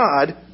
God